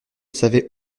savait